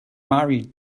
married